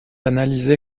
analysé